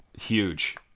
Huge